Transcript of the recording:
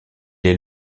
est